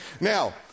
Now